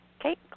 Okay